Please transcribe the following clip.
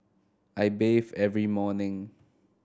I bathe every morning